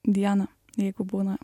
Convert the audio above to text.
dieną jeigu būna